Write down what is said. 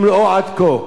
העיקרון,